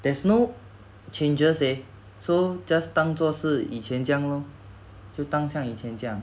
there's no changes eh so just 当作是以前这样 lor 就当像以前这样